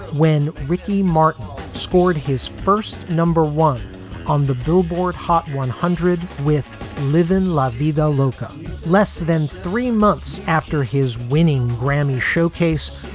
when ricky martin scored his first number one on the billboard hot one hundred with live in la vida loca less than three months after his winning grammy showcase,